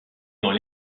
dans